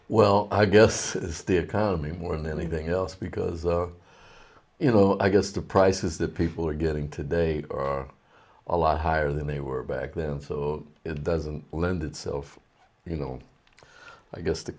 well i guess it is the economy more than anything else because you know i guess the prices that people are getting to date or a lot higher than they were back then so it doesn't lend itself you know i guess t